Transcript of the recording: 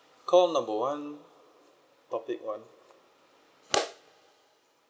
call number one topic one